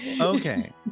Okay